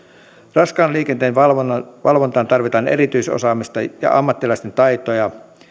raskaan liikenteen valvontaan tarvitaan erityisosaamista ja ammattilaisten taitoja